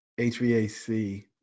HVAC